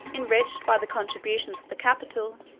enriched by the contributions of the capital,